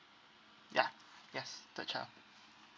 ya yes third child